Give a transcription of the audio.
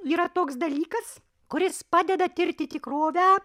yra toks dalykas kuris padeda tirti tikrovę